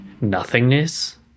nothingness